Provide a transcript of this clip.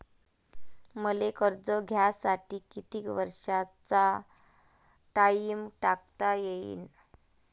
मले कर्ज घ्यासाठी कितीक वर्षाचा टाइम टाकता येईन?